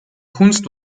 kunst